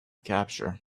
capture